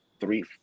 three